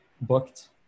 booked